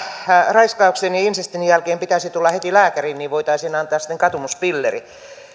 raiskauksen ja insestin jälkeen pitäisi tulla heti lääkäriin niin että voitaisiin antaa sitten katumuspilleri